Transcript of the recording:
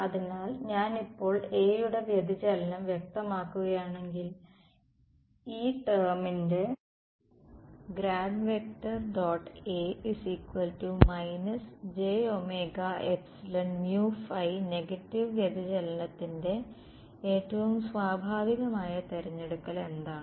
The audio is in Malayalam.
അതിനാൽ ഞാൻ ഇപ്പോൾ A യുടെ വ്യതിചലനo വ്യക്തമാക്കുകയാണെങ്കിൽ ഈ റ്റേമിൻറെ നെഗറ്റീവ് വ്യതിചലനത്തിന്റെ ഏറ്റവും സ്വാഭാവികമായ തിരഞ്ഞെടുക്കൽ എന്താണ്